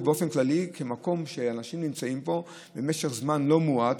באופן כללי כמקום שאנשים נמצאים בו במשך זמן לא מועט,